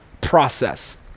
process